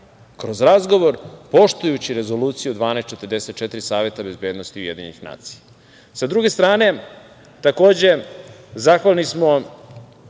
kroz razgovor, poštujući Rezoluciju 1244 Saveta bezbednosti UN.Sa druge strane, takođe zahvalni smo